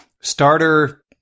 starter